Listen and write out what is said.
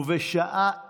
ובשעה 10:00,